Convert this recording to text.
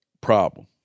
problem